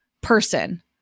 person